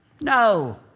No